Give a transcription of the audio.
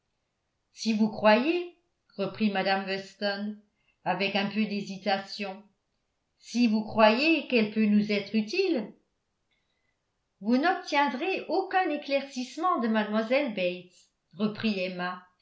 si vous croyez reprit mme weston avec un peu d'hésitation si vous croyez qu'elle peut nous être utile vous n'obtiendrez aucun éclaircissement de mlle bates reprit